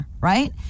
right